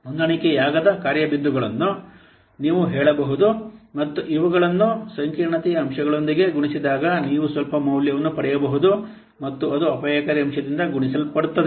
ಹೊಂದಾಣಿಕೆಯಾಗದ ಕಾರ್ಯ ಬಿಂದುಗಳನ್ನು ನೀವು ಹೇಳಬಹುದು ಮತ್ತು ಇವುಗಳನ್ನು ಸಂಕೀರ್ಣತೆಯ ಅಂಶಗಳೊಂದಿಗೆ ಗುಣಿಸಿದಾಗ ನೀವು ಸ್ವಲ್ಪ ಮೌಲ್ಯವನ್ನು ಪಡೆಯಬಹುದು ಮತ್ತು ಅದು ಅಪಾಯಕಾರಿ ಅಂಶದಿಂದ ಗುಣಿಸಲ್ಪಡುತ್ತದೆ